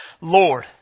Lord